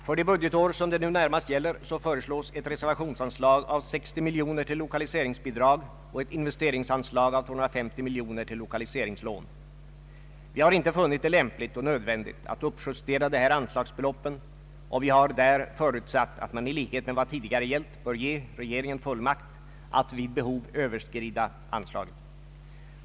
För det budgetår som det närmast gäller föreslås ett reservationsanslag av 60 miljoner till lokaliseringsbidrag och ett investeringsanslag av 250 miljoner kronor till lokaliseringslån. Vi har inte funnit det lämpligt och nödvändigt att uppjustera dessa anslagsbelopp, och vi har där förutsatt att man liksom tidigare bör ge regeringen fullmakt att vid behov överskrida anslaget.